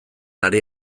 ari